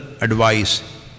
advice